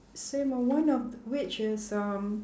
same uh one of th~ which is um